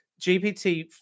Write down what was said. GPT